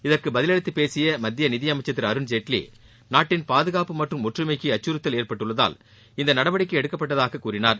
இதற்கு பதிலளித்து பேசிய மத்திய நிதியமைச்சர் திரு அருண்ஜேட்லி நாட்டின் பாதுகாப்பு மற்றும் ஒற்றுமைக்கு அச்சுறுத்தல் ஏற்பட்டுள்ளதால் இந்த நடவடிக்கை எடுக்கப்பட்டதாக கூறினார்